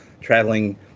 traveling